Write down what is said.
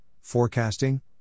forecasting